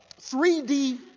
3D